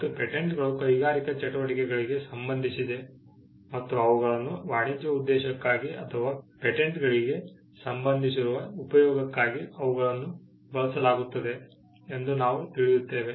ಮತ್ತು ಪೇಟೆಂಟ್ಗಳು ಕೈಗಾರಿಕಾ ಚಟುವಟಿಕೆಗಳಿಗೆ ಸಂಬಂಧಿಸಿದೆ ಮತ್ತು ಅವುಗಳನ್ನು ವಾಣಿಜ್ಯ ಉದ್ದೇಶಕ್ಕಾಗಿ ಅಥವಾ ಪೇಟೆಂಟ್ಗಳಿಗೆ ಸಂಬಂಧಿಸಿರುವ ಉಪಯೋಗಕ್ಕಾಗಿ ಅವುಗಳನ್ನು ಬಳಸಲಾಗುತ್ತದೆ ಎಂದು ನಾವು ತಿಳಿಯುತ್ತೇವೆ